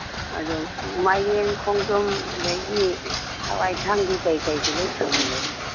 ꯑꯗꯣ ꯃꯥꯏꯔꯦꯟ ꯈꯣꯡꯗ꯭ꯔꯨꯝ ꯑꯗꯒꯤ ꯍꯋꯥꯏ ꯑꯁꯥꯡꯕꯤ ꯀꯩꯀꯩꯁꯨ ꯂꯣꯏ ꯊꯝꯕ꯭ꯔꯣ